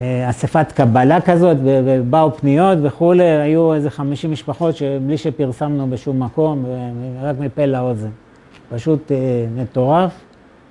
אספת קבלה כזאת, ובאו פניות וכו', היו איזה 50 משפחות שבלי שפרסמנו בשום מקום, רק מפה לאוזן. פשוט מטורף